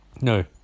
no